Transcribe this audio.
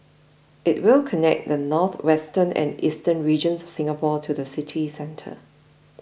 it will connect the northwestern and eastern regions of Singapore to the city centre